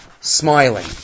Smiling